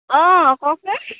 অঁ কওকচোন